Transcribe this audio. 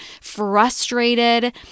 frustrated